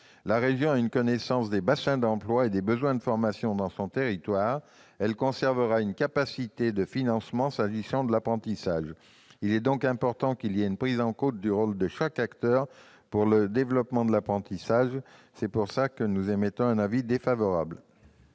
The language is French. La région ayant une connaissance des bassins d'emploi et des besoins de formation dans son territoire, elle conservera une capacité de financement s'agissant de l'apprentissage. Il est donc important qu'il y ait une prise en compte du rôle de chaque acteur pour le développement de l'apprentissage. L'avis est défavorable.